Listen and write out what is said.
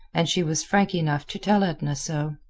and she was frank enough to tell edna so.